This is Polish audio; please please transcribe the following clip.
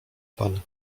pan